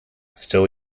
still